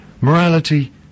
morality